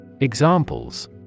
Examples